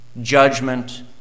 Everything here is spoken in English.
judgment